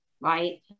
Right